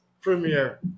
premiere